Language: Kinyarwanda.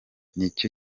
n’icyo